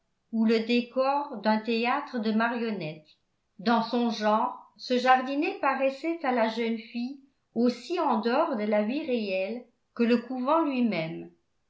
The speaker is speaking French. ou le décor d'un théâtre de marionnettes dans son genre ce jardinet paraissait à la jeune fille aussi en dehors de la vie réelle que le couvent lui-même